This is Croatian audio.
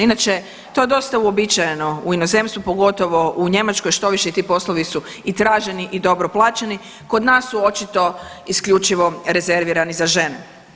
Inače to je dosta uobičajeno u inozemstvu pogotovo u Njemačkoj, štoviše i ti poslovi su i traženi i dobro plaćeni, kod nas su očito isključivo rezervirani za žene.